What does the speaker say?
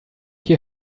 you